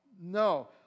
No